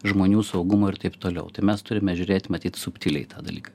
žmonių saugumo ir taip toliau tai mes turime žiūrėt matyt subtiliai tą dalyką